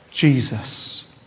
Jesus